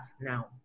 now